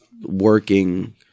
working